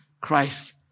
Christ